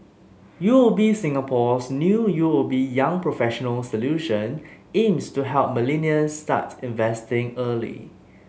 U O B Singapore's new U O B Young Professionals Solution aims to help millennials start investing early